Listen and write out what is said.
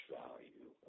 value